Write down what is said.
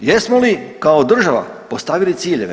Jesmo li kao država postavili ciljeve?